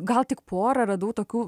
gal tik porą radau tokių